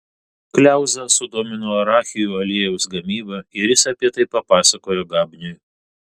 kliauzą sudomino arachių aliejaus gamyba ir jis apie tai papasakojo gabniui